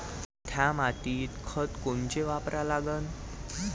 थ्या मातीत खतं कोनचे वापरा लागन?